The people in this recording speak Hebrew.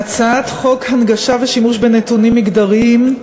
הצעת חוק הנגשה ושימוש בנתונים מגדריים,